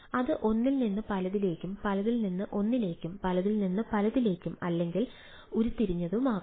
അത് ഒന്നിൽ നിന്ന് പലതിലേക്കും പലതിൽ നിന്ന് ഒന്നിലേക്കും പലതിൽ നിന്ന് പലതിലേക്കും അല്ലെങ്കിൽ ഉരുത്തിരിഞ്ഞതുമാവാം